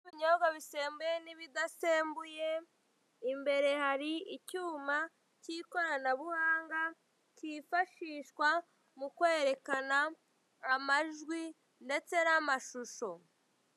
Ibinyobwa bisembuye n'ibidasembuye, imbere hari icyuma cy'ikoranabuhanga cyifashishwa mu kwerekana amajwi ndetse n'amashusho.